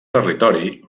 territori